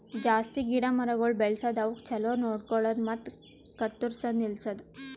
ಜಾಸ್ತಿ ಗಿಡ ಮರಗೊಳ್ ಬೆಳಸದ್, ಅವುಕ್ ಛಲೋ ನೋಡ್ಕೊಳದು ಮತ್ತ ಕತ್ತುರ್ಸದ್ ನಿಲ್ಸದು